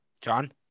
john